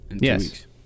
Yes